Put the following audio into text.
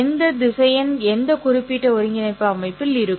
எந்த திசையன் இந்த குறிப்பிட்ட ஒருங்கிணைப்பு அமைப்பில் இருக்கும்